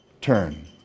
turn